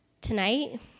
tonight